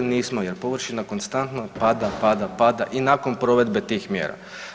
Nismo jer površina konstantno pada, pada, pada i nakon provedbe tih mjera.